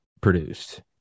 produced